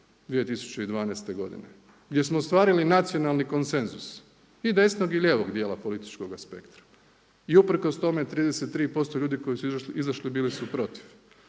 2012. godine, gdje smo ostvarili nacionalni konsenzus i desnog i lijevog dijela političkog spektra. I uprkos tome 33% ljudi koji su izašli bili su protiv.